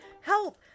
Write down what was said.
Help